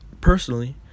personally